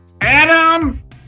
Adam